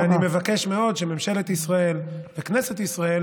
אני מבקש מאוד שממשלת ישראל וכנסת ישראל